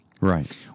Right